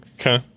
okay